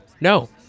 no